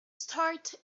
start